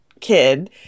kid